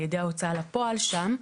על ידי ההוצאה לפועל שם.